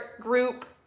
group